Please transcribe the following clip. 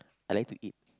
I like to eat